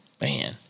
Man